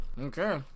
Okay